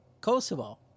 Kosovo